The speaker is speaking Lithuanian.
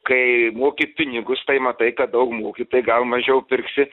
kai moki pinigus tai matai kad daug moki tai gal mažiau pirksi